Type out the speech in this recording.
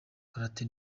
karate